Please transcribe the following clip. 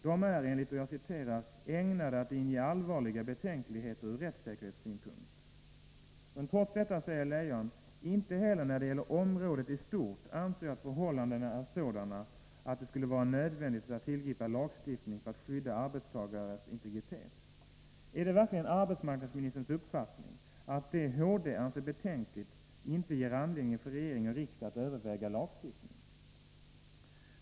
De är enligt HD ”ägnade att inge allvarliga betänkligheter ur rättssäkerhetssynpunkt”. Trots detta säger Leijon — och detta vill jag understryka: ”Inte heller när det gäller området i stort anser jag att förhållandena är sådana att det skulle vara nödvändigt att tillgripa lagstiftning för att skydda arbetstagarnas personliga integritet.” Är det verkligen arbetsmarknadsministerns uppfattning att det som HD anser betänkligt inte ger regering och riksdag anledning att överväga lagstiftning?